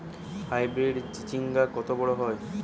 Hybrid চিচিংঙ্গা কত বড় হয়?